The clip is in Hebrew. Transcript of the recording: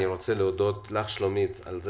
אני רוצה להודות לך, שלומית, על זה